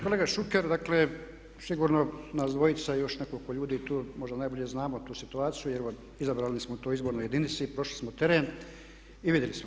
Kolega Šuker dakle sigurno nas dvojica i još nekoliko ljudi tu možda najbolje znamo tu situaciju jer izabrani smo u toj izbornoj jedinici, prošli smo teren i vidjeli smo.